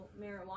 marijuana